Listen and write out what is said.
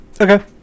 Okay